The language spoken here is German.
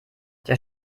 der